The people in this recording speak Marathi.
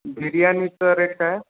बिर्यानीचं रेट काय